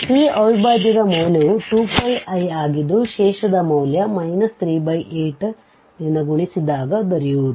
ಈ ಅವಿಭಾಜ್ಯದ ಮೌಲ್ಯವು 2πi ಆಗಿದ್ದುಶೇಷದ ಮೌಲ್ಯ 38ದಿಂದ ಗುಣಿಸಿದಾಗ ದೊರೆಯುವುದು